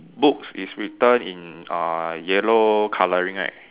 books is written in uh yellow colouring right